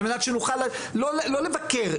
על מנת שנוכל לא לבקר,